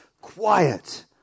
quiet